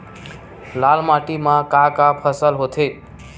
लाल माटी म का का फसल होथे?